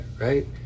right